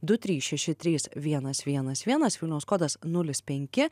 du trys šeši trys vienas vienas vienas vilniaus kodas nulis penki